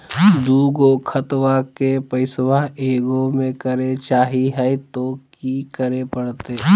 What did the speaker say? दू गो खतवा के पैसवा ए गो मे करे चाही हय तो कि करे परते?